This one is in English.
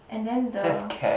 and then the